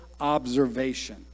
observation